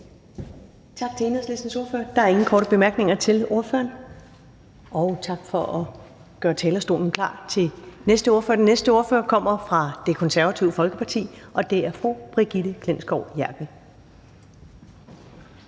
Tak til Enhedslistens ordfører. Der er ingen korte bemærkninger til ordføreren. Tak for at gøre talerstolen klar til næste ordfører. Den næste ordfører kommer fra Det Konservative Folkeparti, og det er fru Brigitte Klintskov Jerkel.